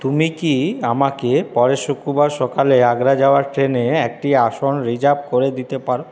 তুমি কি আমাকে পরের শুক্রবার সকালে আগ্রা যাওয়ার ট্রেনে একটি আসন রিজার্ভ করে দিতে পার